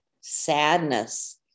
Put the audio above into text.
sadness